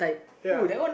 ya